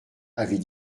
avait